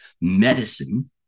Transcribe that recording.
Medicine